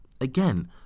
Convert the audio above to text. again